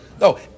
No